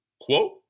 Quote